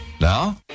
Now